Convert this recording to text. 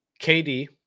KD